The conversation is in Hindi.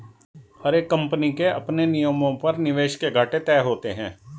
हर एक कम्पनी के अपने नियमों पर निवेश के घाटे तय होते हैं